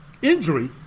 Injury